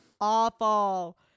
awful